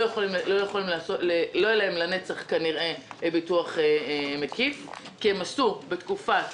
לנצח לא יהיה להם כנראה ביטוח מקיף כי בתקופת